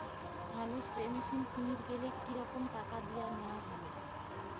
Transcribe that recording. ভালো spray machine কিনির গেলে কি রকম টাকা দিয়া নেওয়া ভালো?